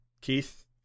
Keith